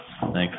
thanks